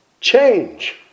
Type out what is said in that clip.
change